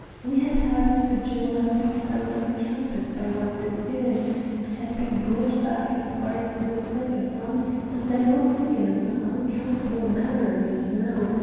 we had heard that the jewel had been found on the campus by one of the students and had been brought back as far as the step in front and then lost again in some unaccountable manner in the snow,